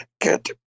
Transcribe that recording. get